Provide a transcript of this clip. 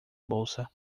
bolsa